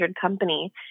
company